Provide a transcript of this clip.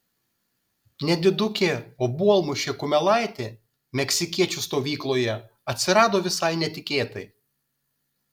nedidukė obuolmušė kumelaitė meksikiečių stovykloje atsirado visai netikėtai